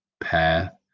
path